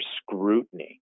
scrutiny